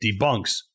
debunks